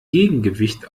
gegengewicht